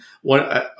one